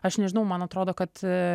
aš nežinau man atrodo kad